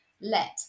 let